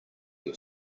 your